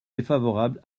défavorable